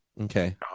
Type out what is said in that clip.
okay